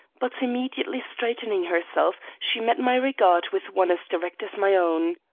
but, immediately straightening herself, she met my regard with one as direct as my own.